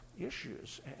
issues